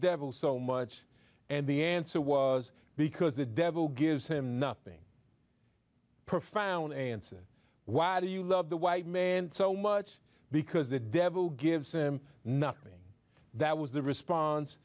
devil so much and the answer was because the devil gives him nothing profound answer why do you love the white man so much because the devil gives nothing that was the response